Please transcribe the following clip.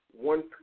one